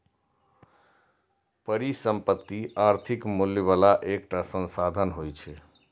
परिसंपत्ति आर्थिक मूल्य बला एकटा संसाधन होइ छै